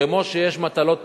כמו שיש מטלות פיתוח,